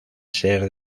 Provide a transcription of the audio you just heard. ser